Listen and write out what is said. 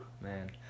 man